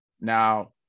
Now